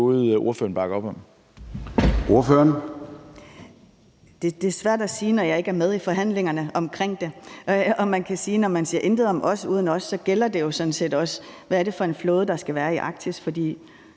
Det er svært at sige, når jeg ikke er med i forhandlingerne om det. Og man kan sige, at når man siger »intet om os uden os«, gælder det jo sådan set også, hvad det er for en flåde, der skal være i Arktis, for